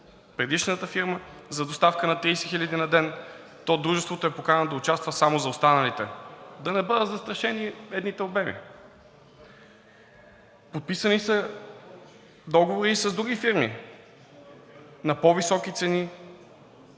предишната фирма за доставка на 30 хил. мегаватчаса на ден, то дружеството е поканено да участва само за останалите – да не бъдат застрашени едните обеми. Подписани са договори и с други фирми, на по-високи цени,